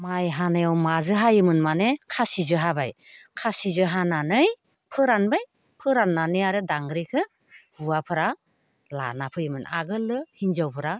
माइ हानायाव माजों हायोमोन माने खासिजों हाबाय खासिजों हानानै फोरानबाय फोराननानै आरो दांग्रिखौ हौवाफोरा लाना फैयोमोन आगोलो हिन्जावफोरा